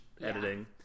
editing